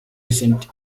recent